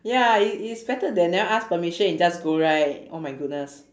ya it is better then never ask permission you just go right oh my goodness